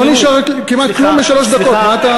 לא נשאר כמעט כלום משלוש דקות.